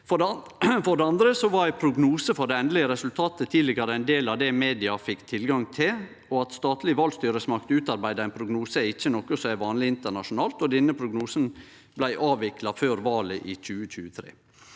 For det andre var ein prognose for det endelege resultatet tidlegare ein del av det media fekk tilgang til. At statlege valstyresmakter utarbeider ein prognose, er ikkje noko som er vanleg internasjonalt, og denne prognosen blei avvikla før valet i 2023.